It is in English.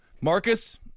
Marcus